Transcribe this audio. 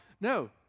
No